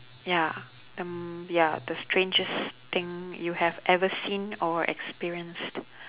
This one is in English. ya the m~ ya the strangest thing you have ever seen or experienced